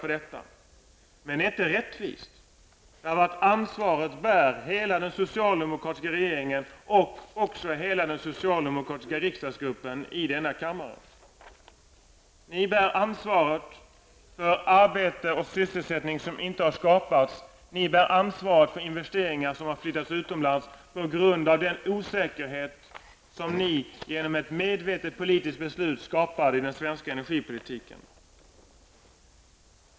Men detta är inte rättvist. Ansvaret bär hela den socialdemokratiska regeringen och hela den socialdemokratiska riksdagsgruppen i denna kammare. Ni bär ansvaret för det arbete och den sysselsättning som inte har skapats. Ni bär ansvar för investeringar som flyttats utomlands på grund av den osäkerhet som ni, genom ett medvetet politiskt beslut, skapade i den svenska energipolitiken.